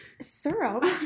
Syrup